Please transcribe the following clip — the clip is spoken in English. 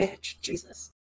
jesus